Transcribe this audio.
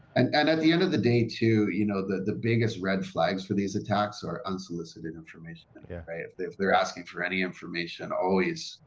and and at the end of the day too you know the the biggest red flags for these attacks are unsolicited information, but yeah right? if they're if they're asking for any information always,